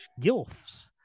GILFs